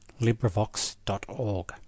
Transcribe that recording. LibriVox.org